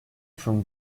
from